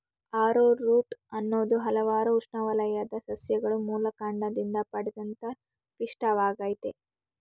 arrowroot ಅನ್ನೋದು ಹಲ್ವಾರು ಉಷ್ಣವಲಯದ ಸಸ್ಯಗಳ ಮೂಲಕಾಂಡದಿಂದ ಪಡೆದಂತ ಪಿಷ್ಟವಾಗಯ್ತೆ